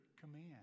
command